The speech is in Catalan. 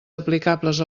aplicables